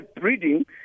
breeding